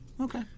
Okay